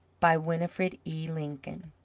by winnifred e. lincoln